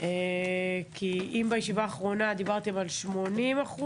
כי אם בישיבה האחרונה דיברתם על 80%,